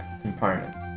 ...components